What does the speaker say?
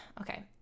okay